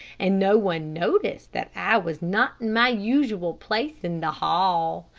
and no one noticed that i was not in my usual place in the hall.